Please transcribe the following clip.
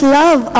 love